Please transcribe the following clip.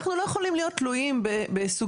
אנחנו לא יכולים להיות תלויים בסוגיות